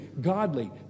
godly